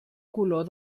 color